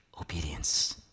obedience